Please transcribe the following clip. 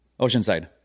Oceanside